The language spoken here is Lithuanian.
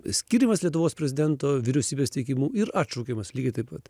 skiriamas lietuvos prezidento vyriausybės teikimu ir atšaukiamas lygiai taip pat